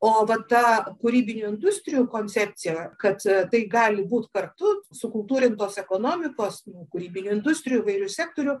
o va tą kūrybinių industrijų koncepciją kad tai gali būt kartu sukultūrintos ekonomikos nu kūrybinių industrijų įvairių sektorių